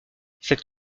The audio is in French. cette